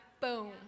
Boom